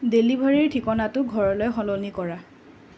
ডেলিভাৰীৰ ঠিকনাটো ঘৰলৈ সলনি কৰা